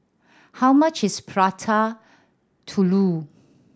how much is Prata Telur